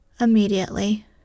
immediately